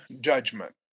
judgment